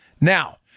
Now